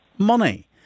money